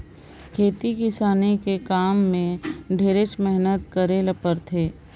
खेती किसानी कर काम में ढेरेच मेहनत करे ले परथे